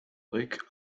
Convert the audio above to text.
lake